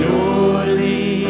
Surely